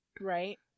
Right